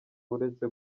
uretse